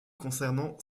concernant